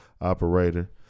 operator